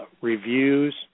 reviews